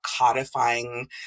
codifying